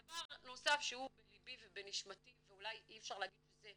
דבר נוסף שהוא בלבי ובנשמתי ואולי אי אפשר להגיד שזה,